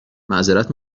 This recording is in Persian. معذرت